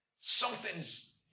something's